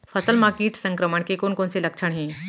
फसल म किट संक्रमण के कोन कोन से लक्षण हे?